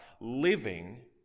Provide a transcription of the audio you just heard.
living